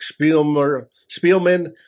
Spielman